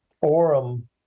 forum